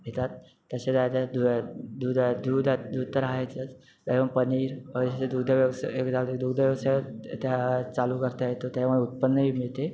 येतात तशे आता दु दूध दूध दूध तर राहायचं त्याच्यामुळे पनीर दूध व्यवसाय झालं दूध व्यवसाय त्या चालू करता येतो त्यामुळे उत्पन्नही मिळते